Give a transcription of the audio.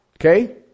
Okay